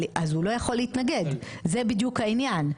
אז הוא לא יכול להתנגד, זה בדיוק העניין.